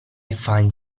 find